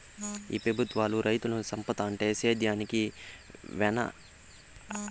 ఈ పెబుత్వాలు రైతులను సంపేత్తంటే సేద్యానికి వెవసాయ భూమేడుంటది